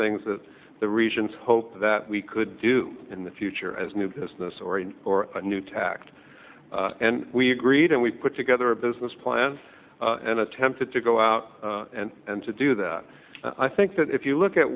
things that the regions hoped that we could do in the future as new business or or a new tact and we agreed and we put together a business plan and attempted to go out and and to do that i think that if you look at